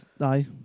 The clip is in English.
Aye